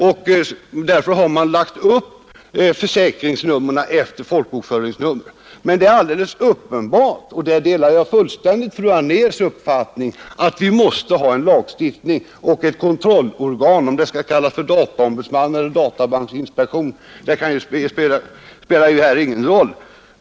Det är därför man har lagt upp försäkringsnumren efter folkbokföringsnumren Men det är alldeles uppenbart och där delar jag fullständigt fru Anérs uppfattning — att vi maste ha en lagstiftning och ett kontrollorgan. Om det skall kallas för dataombudsman eller databanksinspektion spelar ju här ingen roll.